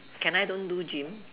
can I don't do gym